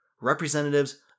representatives